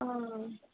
ഹ